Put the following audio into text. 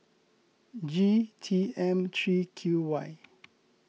G T M three Q Y